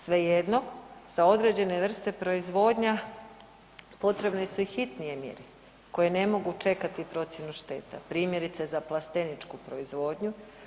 Svejedno za određene vrste proizvodnja potrebne su i hitnije mjere koje ne mogu čekati procjenu šteta, primjerice za plasteničku proizvodnju.